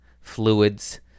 Fluids